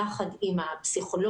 יחד עם הפסיכולוג,